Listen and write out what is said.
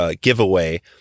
giveaway